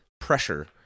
pressure